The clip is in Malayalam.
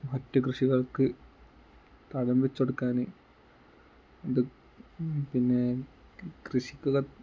മറ്റു കൃഷികൾക്ക് തളം വച്ചു കൊടുക്കാൻ അതുപിന്നെ കൃഷിക്കുള്ള